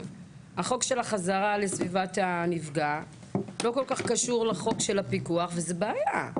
החוק של החזרה לסביבת הנפגע לא קשור כל כך לחוק הפיקוח וזאת בעיה.